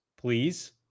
please